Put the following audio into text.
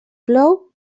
plou